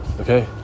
okay